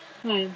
why